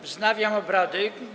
Wznawiam obrady.